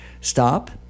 Stop